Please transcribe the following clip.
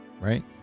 Right